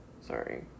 sorry